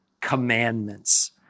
Commandments